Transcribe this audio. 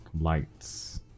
Lights